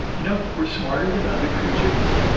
you know, we're smarter than other creatures.